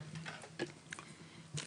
תקראו קודם לרשות המקומית,